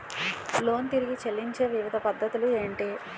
Loan తిరిగి చెల్లించే వివిధ పద్ధతులు ఏంటి?